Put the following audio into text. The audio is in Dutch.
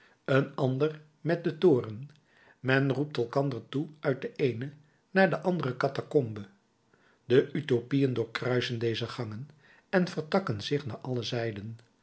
een ander met den toorn men roept elkander toe uit de eene naar de andere catacombe de utopieën doorkruisen deze gangen en vertakken zich naar alle zijden